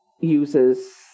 uses